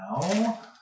now